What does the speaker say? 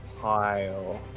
pile